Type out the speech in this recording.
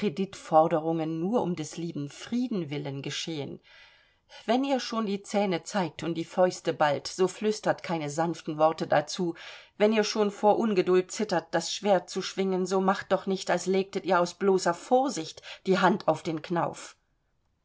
militärkreditforderungen nur um des lieben friedens willen geschehen wenn ihr schon die zähne zeigt und die fäuste ballt so flüstert keine sanften worte dazu wenn ihr schon vor ungeduld zittert das schwert zu schwingen so macht doch nicht als legtet ihr aus bloßer vorsicht die hand an den knauf